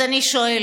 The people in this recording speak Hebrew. אז אני שואלת,